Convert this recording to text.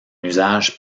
usage